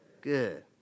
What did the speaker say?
good